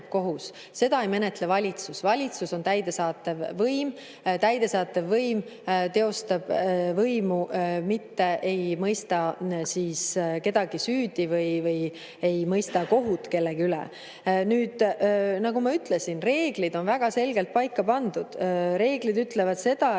Seda ei menetle valitsus. Valitsus on täidesaatev võim ja täidesaatev võim teostab võimu, mitte ei mõista kedagi süüdi ega mõista kohut kellegi üle. Nüüd, nagu ma ütlesin, reeglid on väga selgelt paika pandud. Reeglid ütlevad seda, et